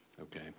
Okay